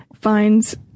finds